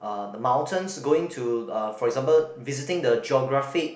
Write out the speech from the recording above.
uh the mountains going to for example visiting the geographic